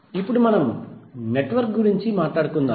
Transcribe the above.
ఇప్పుడు మనం నెట్వర్క్ గురించి మాట్లాడుకుందాం